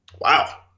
Wow